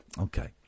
okay